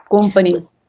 companies